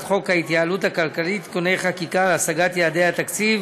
חוק ההתייעלות הכלכלית (תיקוני חקיקה להשגת יעדי התקציב